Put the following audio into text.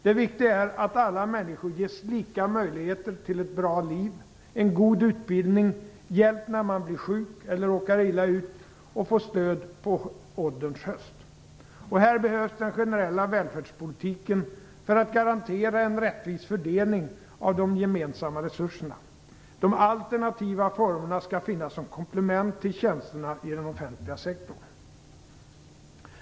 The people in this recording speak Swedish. Det viktiga är att alla människor ges lika möjligheter till ett bra liv, en god utbildning, hjälp när man blir sjuk eller råkar illa ut och får stöd på ålderns höst. Och här behövs den generella välfärdspolitiken för att garantera en rättvis fördelning av de gemensamma resurserna. De alternativa formerna skall finnas som komplement till tjänsterna i den offentliga sektorn.